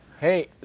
Hey